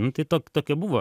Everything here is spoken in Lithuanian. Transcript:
nu tai tok tokia buvo